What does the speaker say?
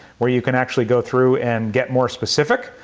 where you can actually go through and get more specific.